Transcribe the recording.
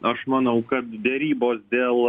aš manau kad derybos dėl